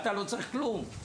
אתה לא צריך כלום,